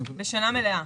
בשנה מלאה.